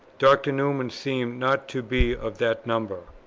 dr. newman seemed not to be of that number.